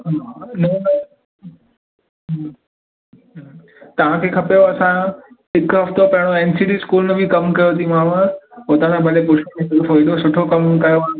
न न हम्म तव्हांखे खपेव असां हिकु हफ़्तो पहिरों एन सी टी स्कूल में बि कमु कयोतीमांव उतां भले पुछो एॾो सुठो कमु कयो आहे